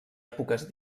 èpoques